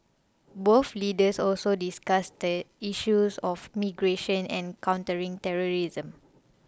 both leaders also discussed the issues of migration and countering terrorism